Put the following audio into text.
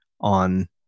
on